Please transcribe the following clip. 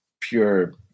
pure